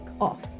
off